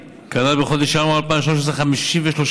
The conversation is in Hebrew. בחודש ינואר 2013 הצי הישראלי כלל 53